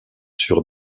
sur